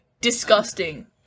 Disgusting